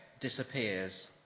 disappears